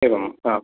एवं आ